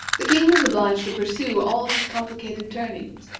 the king was obliged to pursue all these complicated turnings,